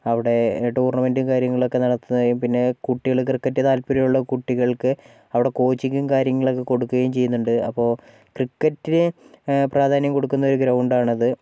അവിടെ ടൂർണമെന്റും കാര്യങ്ങളുവൊക്കെ നടത്തുകയും പിന്നെ കുട്ടികൾ ക്രിക്കറ്റ് താത്പര്യമുള്ള കുട്ടികൾക്ക് അവിടെ കോച്ചിങ്ങും കാര്യങ്ങളുമൊക്കെ കൊടുക്കുകയും ചെയ്യുന്നുണ്ട് അപ്പോൾ ക്രിക്കറ്റിന് പ്രാധാന്യം കൊടുക്കുന്ന ഒരു ഗ്രൗണ്ടാണത്